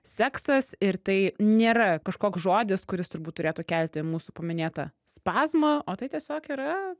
seksas ir tai nėra kažkoks žodis kuris turbūt turėtų kelti mūsų paminėtą spazmą o tai tiesiog yra